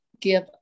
give